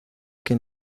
que